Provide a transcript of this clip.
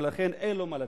ולכן אין לו מה לתת.